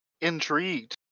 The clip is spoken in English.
intrigued